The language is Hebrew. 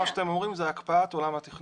המשמעות של מה שאתם אומרים זה הקפאת עולם התכנון.